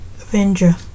Avenger